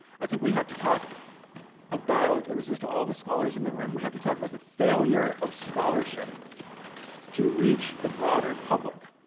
i think we have to talk about and this is to all the scholars and the room we have to talk about the failure of scholarship to reach the broader public.